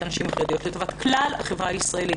הנשים החרדיות אלא לטובת כלל החברה הישראלית.